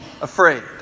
afraid